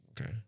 Okay